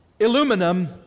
aluminum